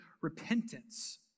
repentance